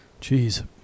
Jeez